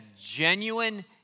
genuine